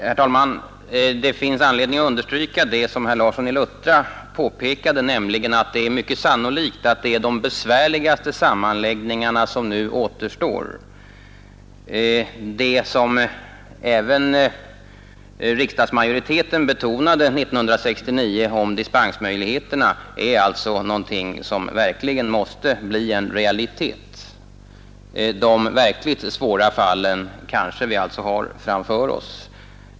Herr talman! Det finns anledning understryka det som herr Larsson i Luttra påpekade, nämligen att det är mycket sannolikt att det är de besvärligaste sammanläggningarna som nu återstår. Det som även riksdagsmajoriteten betonade 1969 om dispensmöjligheterna är alltså någonting som verkligen måste bli en realitet. De verkligt svåra fallen kanske vi alltså har framför oss.